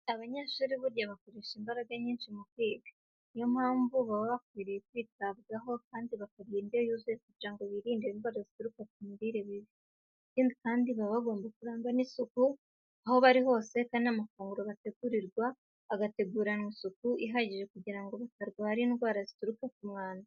Abanyeshuri burya bakoresha imbaraga nyinshi mu kwiga, ni yo mpamvu baba bakwiriye kwitabwaho kandi bakarya indyo yuzuye kugira ngo birinde indwara zituruka ku mirire mibi. Ikindi kandi baba bagomba kurangwa n'isuku aho bari hose kandi n'amafunguro bategurirwa agateguranwa isuku ihagije kugira ngo batarwara indwara zituruka ku mwanda.